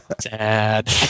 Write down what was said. sad